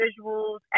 visuals